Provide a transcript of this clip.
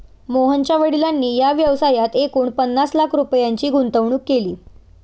मोहनच्या वडिलांनी या व्यवसायात एकूण पन्नास लाख रुपयांची गुंतवणूक केली